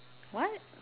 what